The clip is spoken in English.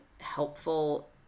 helpful